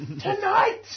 Tonight